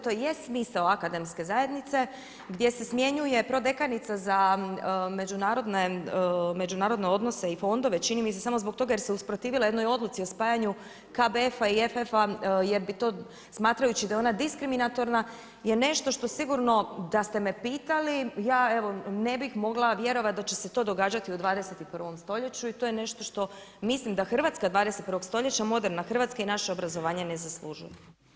To je smisao akademske zajednice, gdje se smjenjuje prodekanica za međunarodne odnose i fondove, čini mi se, samo zbog toga jer se usprotivila jednoj odluci o spajanju KBF i FF-a smatrajući da je ona diskriminatorna, je nešto što sigurno da ste me pitali ja evo ne bih mogla vjerovati da će se to događati u 21. stoljeću i to je nešto što mislim da Hrvatska 21. stoljeća, moderna Hrvatska i naše obrazovanje ne zaslužuje.